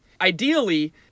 ideally